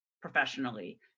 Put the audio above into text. professionally